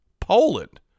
Poland